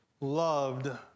loved